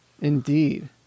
Indeed